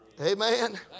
Amen